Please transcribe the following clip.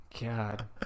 God